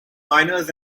minors